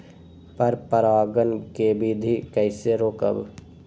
पर परागण केबिधी कईसे रोकब?